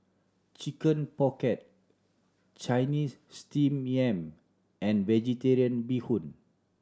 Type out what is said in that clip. Chicken Pocket Chinese Steamed Yam and Vegetarian Bee Hoon